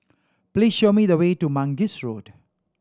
please show me the way to Mangis Road